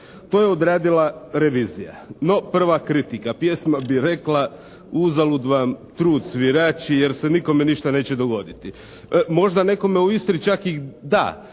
To je odradila revizija. No, prva kritika. Pjesma bi rekla "Uzalud vam trud svirači" jer se nikome ništa neće dogoditi. Možda nekome u Istri čak i da